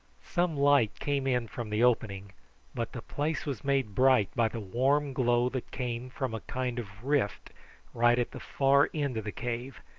some light came in from the opening but the place was made bright by the warm glow that came from a kind of rift right at the far end of the cave,